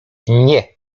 nie